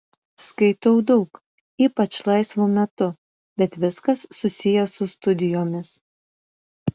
skaitau daug ypač laisvu metu bet viskas susiję su studijomis